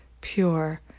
pure